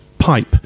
pipe